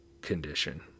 condition